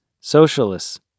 socialists